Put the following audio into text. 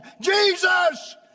Jesus